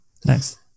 Thanks